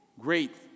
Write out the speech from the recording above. Great